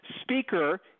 speaker